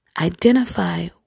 identify